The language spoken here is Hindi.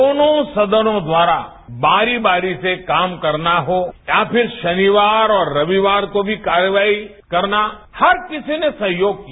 दोनों सदनों द्वारा बारी बारी से काम करना हो या फिर शनिवार और रविवार को भी कार्यवाही करना हर किसी ने सहयोग किया